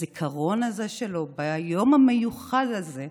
הזיכרון הזה שלו, ביום המיוחד הזה,